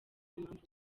mpamvu